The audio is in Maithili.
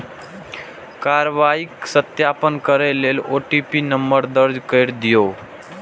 कार्रवाईक सत्यापन करै लेल ओ.टी.पी नंबर दर्ज कैर दियौ